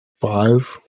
five